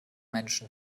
menschen